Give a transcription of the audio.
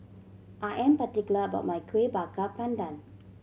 I am particular about my Kueh Bakar Pandan